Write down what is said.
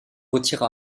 retire